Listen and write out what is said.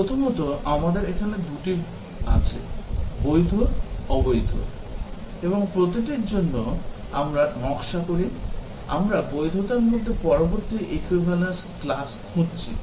প্রথমত আমাদের এখানে 2 টি আছে বৈধ অবৈধ এবং এই প্রতিটি জন্য আমরা নকশা করি আমরা বৈধতার মধ্যে পরবর্তী equivalence class খুঁজছি